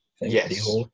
Yes